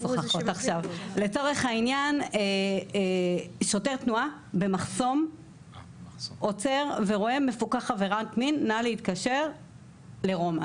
שוטר תנועה במחסום עוצר ורואה מפוקח עבירת מין נא להתקשר לגיל.